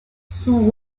son